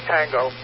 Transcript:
Tango